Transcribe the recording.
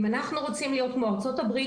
אם אנחנו רוצים להיות כמו ארצות הברית